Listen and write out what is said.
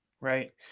right